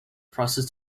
process